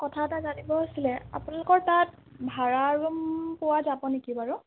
কথা এটা জানিব আছিলে আপোনালোকৰ তাত ভাড়া ৰুম পোৱা যাব নিকি বাৰু